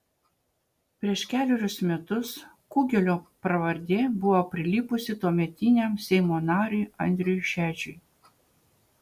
prieš kelerius metus kugelio pravardė buvo prilipusi tuometiniam seimo nariui andriui šedžiui